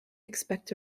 expect